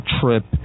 trip